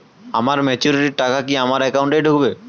আমার ম্যাচুরিটির টাকা আমার কি অ্যাকাউন্ট এই ঢুকবে?